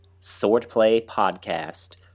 Swordplaypodcast